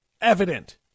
evident